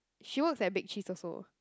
she works at Big Cheese also